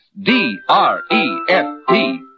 D-R-E-F-T